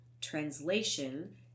translation